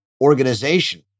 organization